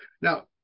Now